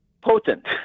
potent